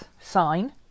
sign